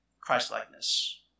Christ-likeness